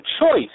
choice